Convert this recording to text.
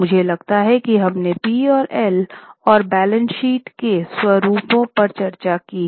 मुझे लगता है कि हमने पी और एल और बैलेंस शीट के स्वरूपों पर चर्चा की है